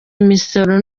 imisoro